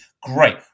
Great